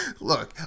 look